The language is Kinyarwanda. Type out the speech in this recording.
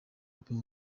gupima